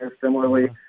similarly